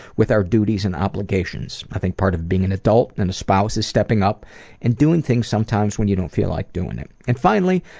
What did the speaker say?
with our duties and obligations. i think part of being an adult and a spouse is stepping up and doing things sometimes when you don't feel like doing it. and finally,